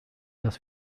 dass